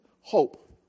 hope